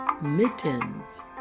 Mittens